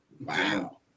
Wow